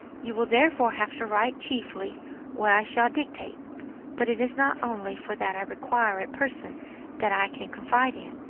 you will therefore have to write chiefly what i shall dictate but it is not only for that i require a person that i can confide in.